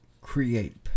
create